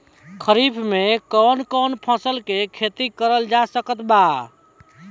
खरीफ मे कौन कौन फसल के खेती करल जा सकत बा?